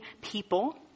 people